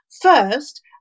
First